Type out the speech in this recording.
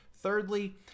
Thirdly